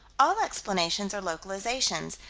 all explanations are localizations.